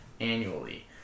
annually